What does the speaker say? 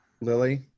Lily